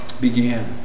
began